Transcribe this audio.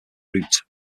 root